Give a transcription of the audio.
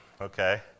Okay